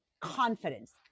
confidence